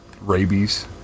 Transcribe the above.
Rabies